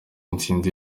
intsinzi